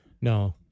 No